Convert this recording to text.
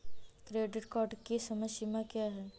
Credit card की समय सीमा क्या है?